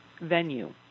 venue